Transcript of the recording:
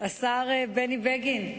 השר בני בגין.